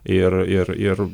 ir ir ir